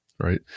right